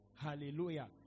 Hallelujah